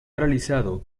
realizado